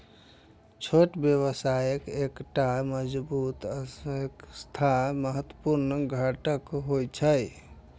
छोट व्यवसाय एकटा मजबूत अर्थव्यवस्थाक महत्वपूर्ण घटक होइ छै